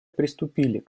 приступили